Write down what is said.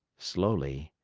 slowly,